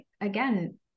Again